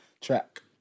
track